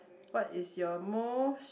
what is your most